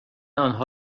آنها